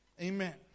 Amen